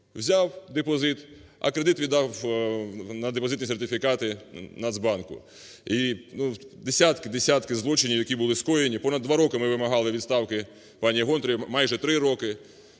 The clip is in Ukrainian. взяв депозит, а кредит віддав на депозитні сертифікати Нацбанку. І десятки-десятки злочинів, які були скоєні. Понад 2 роки ми вимагали відставки паніГонтаревою, майже 3 роки.